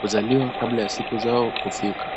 huzaliwa kabla ya siku zao kufika.